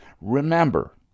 remember